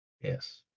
Yes